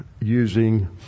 using